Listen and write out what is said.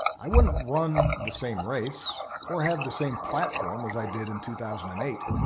i wouldn't run the same race or have the same platform as i did in two thousand and eight.